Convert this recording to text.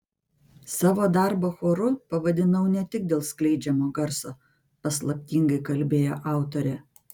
savo darbą choru pavadinau ne tik dėl skleidžiamo garso paslaptingai kalbėjo autorė